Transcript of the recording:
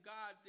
God